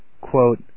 quote